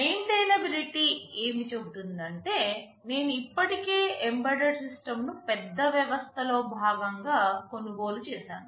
maintainability ఏమి చెబుతుందంటే నేను ఇప్పటికే ఎంబెడెడ్ సిస్టమ్ను పెద్ద వ్యవస్థలో భాగంగా కొనుగోలు చేశాను